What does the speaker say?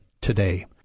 today